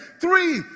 Three